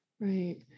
right